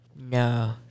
No